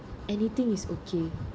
anything is okay